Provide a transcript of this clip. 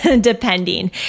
depending